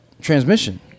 transmission